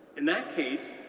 in that case,